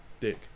Dick